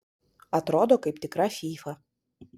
atrodo kaip tikra fyfa